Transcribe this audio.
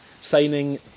signing